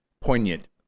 poignant